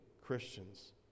Christians